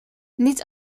niet